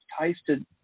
tasted